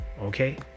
Okay